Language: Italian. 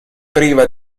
priva